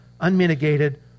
unmitigated